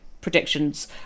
predictions